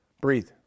breathe